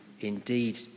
indeed